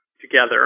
together